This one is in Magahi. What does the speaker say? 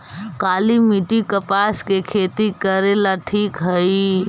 काली मिट्टी, कपास के खेती करेला ठिक हइ?